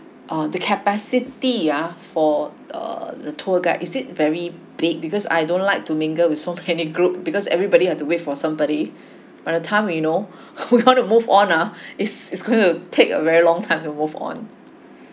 uh the capacity ah for err the tour guide is it very big because I don't like to mingle with so many group because everybody have to wait for somebody by the time you know you want to move on ah it's it's gonna take very long time to move on